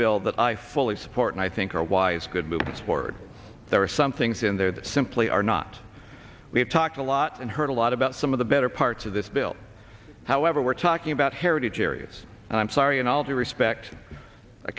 bill that i fully support and i think are wise good moves forward there are some things in there that simply are not we have talked a lot and heard a lot about some of the better parts of this bill however we're talking about heritage areas and i'm sorry in all due respect